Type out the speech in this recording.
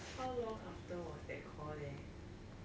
how long after was that call leh